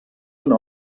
una